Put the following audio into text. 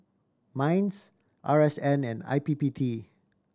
MINDS R S N and I P P T